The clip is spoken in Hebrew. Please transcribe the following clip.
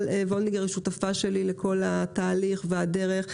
וולדיגר היא שותפה שלי לכל התהליך והדרך.